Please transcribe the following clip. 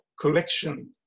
collection